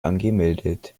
angemeldet